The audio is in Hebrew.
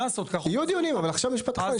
יהיו עוד דיונים, אבל עכשיו משפט אחרון.